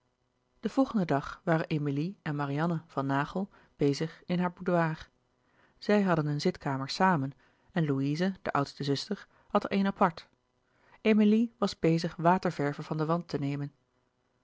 den volgenden dag waren emilie en marianne van naghel bezig in haar boudoir zij hadden een zitkamer samen en louise de oudste zuster had er eene apart emilie was bezig waterverven van den wand te nemen